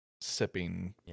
sipping